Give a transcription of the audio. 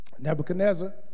Nebuchadnezzar